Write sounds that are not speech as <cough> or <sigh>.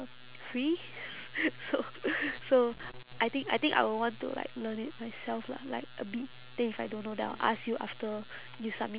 free <noise> so <noise> so I think I think I would want to like learn it myself lah like a bit then if I don't know then I'll ask after you submit